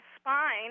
spine